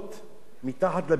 מתחת לבניין הזה.